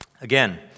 Again